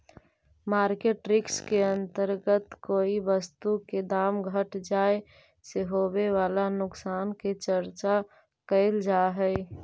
market risk के अंतर्गत कोई वस्तु के दाम घट जाए से होवे वाला नुकसान के चर्चा कैल जा हई